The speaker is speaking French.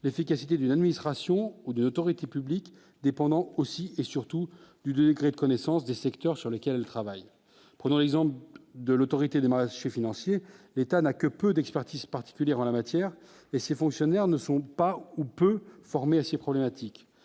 l'efficacité d'une administration ou d'une autorité publique dépendant aussi et surtout du degré de connaissance des secteurs sur lesquels travaille, prenons l'exemple de l'autorité des maraîchers financier, l'État n'a que peu d'expertise particulière en la matière et ses fonctionnaires ne sont pas ou peu formés à ces problématiques